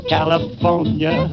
California